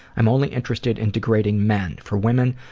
i'm only interested in degrading men. for women,